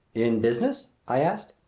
in business? i asked.